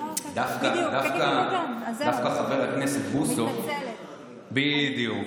דווקא חבר הכנסת בוסו, בדיוק.